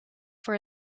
for